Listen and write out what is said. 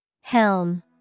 Helm